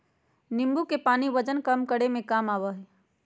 नींबू के पानी वजन कम करे में काम आवा हई